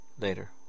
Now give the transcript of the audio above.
Later